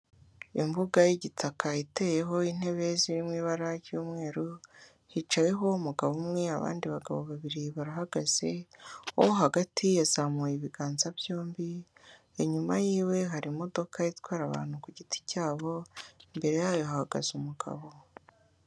Imbuga y'igitaka iteyeho intebe zirimo ibara ry'umweru, hicayeweho umugabo umwe abandi bagabo babiri barahagaze, uwo hagati yazamuye ibiganza byombi, inyuma y'iwe hari imodoka itwara abantu ku giti cyabo, imbere yayo hahagaze umugabo.